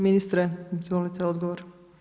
Ministre, izvolite odgovor.